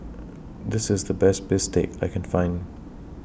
This IS The Best Bistake that I Can Find